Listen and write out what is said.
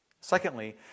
Secondly